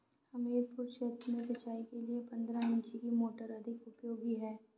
हमीरपुर क्षेत्र में सिंचाई के लिए पंद्रह इंची की मोटर अधिक उपयोगी है?